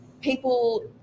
people